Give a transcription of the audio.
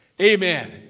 Amen